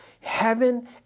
heaven